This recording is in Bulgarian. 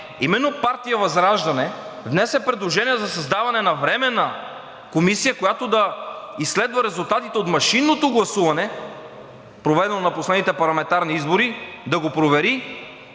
именно партия ВЪЗРАЖДАНЕ внесе предложение за създаване на временна комисия, която да изследва резултатите от машинното гласуване, проведено на последните парламентарни избори, да го провери